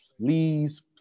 please